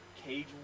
cage